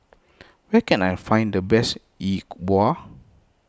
where can I find the best Yi Bua